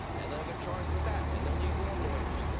then they will be charged with that and they will need more lawyers.